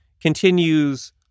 continues